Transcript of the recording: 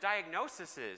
diagnoses